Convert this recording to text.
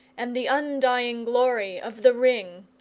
and the undying glory of the ring.